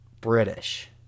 British